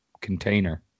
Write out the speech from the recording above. container